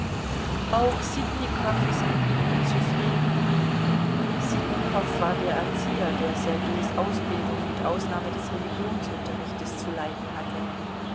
auch sitnikow ist mit ihm unzufrieden sitnikow war der erzieher der sergeis ausbildung mit ausnahme des religionsunterrichtes zu leiten hatte